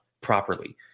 properly